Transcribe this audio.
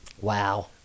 Wow